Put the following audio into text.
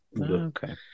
okay